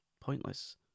pointless